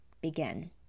begin